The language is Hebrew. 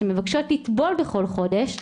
שמבקשות לטבול בכל חודש,